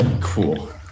Cool